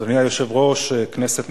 אדוני היושב-ראש, כנסת נכבדה,